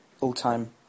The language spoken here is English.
all-time